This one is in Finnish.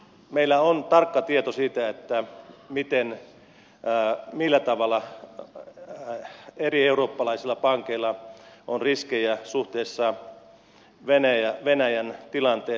meillä on tarkka tieto siitä millä tavalla eri eurooppalaisilla pankeilla on riskejä suhteessa venäjän tilanteeseen